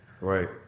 Right